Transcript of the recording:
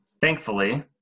thankfully